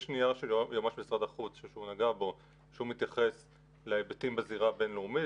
יש נייר של יועמ"ש משרד החוץ שמתייחס להיבטים בזירה הבין-לאומית,